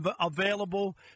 available